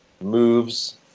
moves